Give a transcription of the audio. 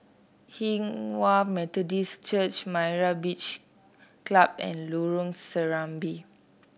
Hinghwa Methodist Church Myra Beach Club and Lorong Serambi